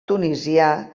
tunisià